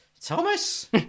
Thomas